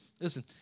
Listen